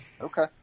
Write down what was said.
Okay